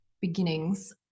beginnings